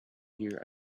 here